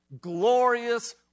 glorious